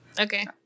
Okay